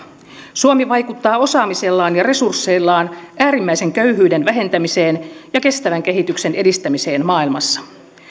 suomi vaikuttaa osaamisellaan ja resursseillaan äärimmäisen köyhyyden vähentämiseen ja kestävän kehityksen edistämiseen maailmassa